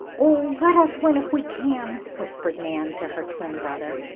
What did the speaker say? oh, let us win if we can! whispered nan to her twin brother.